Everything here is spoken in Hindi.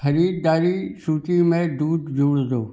खरीददारी सूची में दूध जोड़ दो